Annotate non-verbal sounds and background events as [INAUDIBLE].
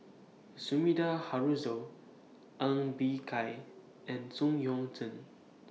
Sumida Haruzo Ng Bee Kia and [UNINTELLIGIBLE] Yuan Zhen